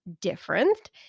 different